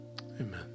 Amen